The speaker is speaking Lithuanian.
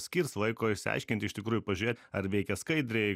skirs laiko išsiaiškint iš tikrųjų pažiūrėt ar veikia skaidriai